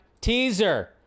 teaser